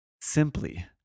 simply